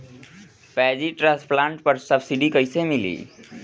Paddy transplanter पर subsidy कैसे मिली?